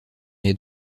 est